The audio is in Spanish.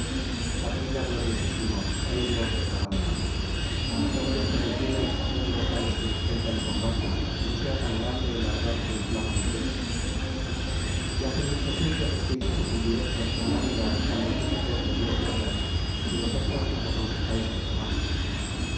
atrida gloriosísimo rey de hombres agamenón todo esto debierais hacerlo cuando se suspenda el combate y no sea tan grande el ardor que inflama mi pecho yacen insepultos los que hizo sucumbir héctor priámida cuando júpiter le dio gloria y vosotros nos aconsejáis que comamos